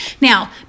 Now